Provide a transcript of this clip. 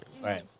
Right